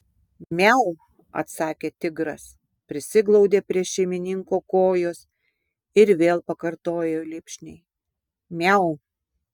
miau atsakė tigras prisiglaudė prie šeimininko kojos ir vėl pakartojo lipšniai miau